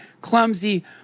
clumsy